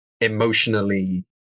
emotionally